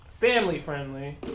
family-friendly